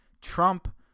Trump